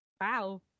Wow